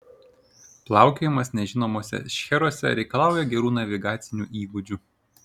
plaukiojimas nežinomuose šcheruose reikalauja gerų navigacinių įgūdžių